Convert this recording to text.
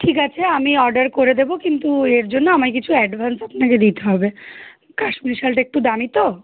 ঠিক আছে আমি অর্ডার করে দেবো কিন্তু এর জন্য আমায় কিছু অ্যাডভান্স আপনাকে দিতে হবে কাশ্মীরি সালটা একটু দামি তো